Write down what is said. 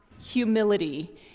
Humility